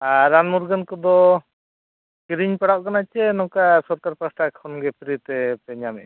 ᱟᱨ ᱨᱟᱱ ᱢᱩᱨᱜᱟᱹᱱ ᱠᱚᱫᱚ ᱠᱤᱨᱤᱧ ᱯᱟᱲᱟᱜ ᱠᱟᱱᱟ ᱥᱮ ᱱᱚᱝᱠᱟ ᱥᱚᱨᱠᱟᱨ ᱯᱟᱥᱴᱟ ᱠᱷᱚᱱᱟᱜᱮ ᱯᱷᱤᱨᱤ ᱛᱮᱯᱮ ᱧᱟᱢᱮᱜᱼᱟ